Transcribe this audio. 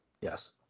Yes